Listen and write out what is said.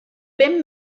bum